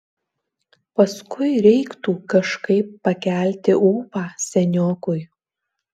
paskui reiktų kažkaip pakelti ūpą seniokui